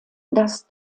dass